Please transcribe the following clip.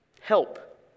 help